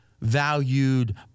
valued